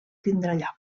tindrà